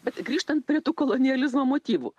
bet grįžtant prie tų kolonializmo motyvų